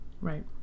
Right